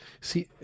see